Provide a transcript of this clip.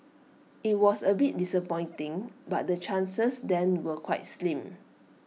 IT was A bit disappointing but the chances then were quite slim